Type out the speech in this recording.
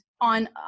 On